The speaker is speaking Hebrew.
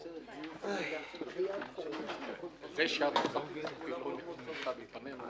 קצין הבטיחות יפקח במפעל על כלי הרכב בהתאם לרשימות